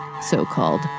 so-called